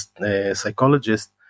psychologist